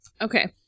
Okay